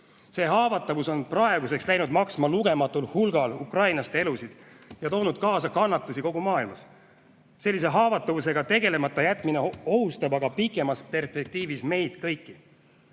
See haavatavus on praeguseks läinud maksma lugematul hulgal ukrainlaste elusid ja toonud kaasa kannatusi kogu maailmas. Sellise haavatavusega tegelemata jätmine ohustab aga pikemas perspektiivis meid kõiki.